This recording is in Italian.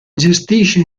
gestisce